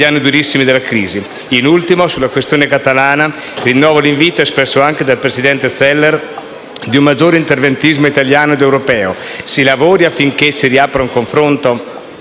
Infine, sulla questione catalana, rinnovo l'invito espresso anche dal presidente Zeller ad un maggior interventismo italiano ed europeo. Si lavori affinché si riapra un confronto